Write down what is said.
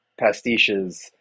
pastiches